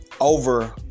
over